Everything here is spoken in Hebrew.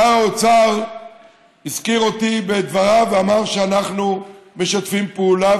שר האוצר הזכיר אותי בדבריו ואמר שאנחנו משתפים פעולה,